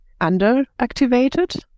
underactivated